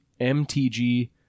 MTG